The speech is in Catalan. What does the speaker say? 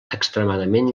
extremadament